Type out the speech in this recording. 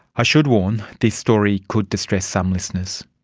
i should warn this story could distress some listeners.